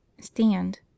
Stand